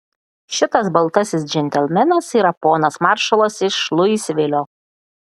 šitas baltasis džentelmenas yra ponas maršalas iš luisvilio